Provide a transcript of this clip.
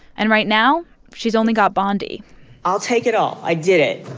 and right now she's only got bondi i'll take it all. i did it.